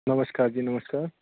ਨਮਸ਼ਕਾਰ ਜੀ ਨਮਸ਼ਕਾਰ